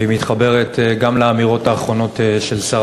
והיא מתחברת גם לאמירות האחרונות של שר